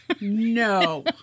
No